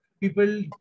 people